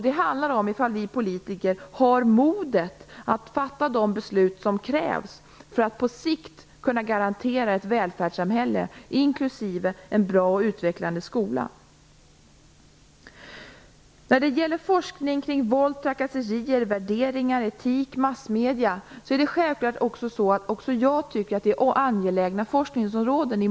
Det handlar om ifall vi politiker har modet att fatta de beslut som krävs för att på sikt kunna garantera ett välfärdssamhälle, inklusive en bra och utvecklande skola. När det gäller forskning kring våld, trakasserier, värderingar, etik och massmedier tycker självfallet också jag att det i många avseenden är angelägna forskningsområden.